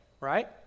right